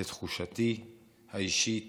לתחושתי האישית,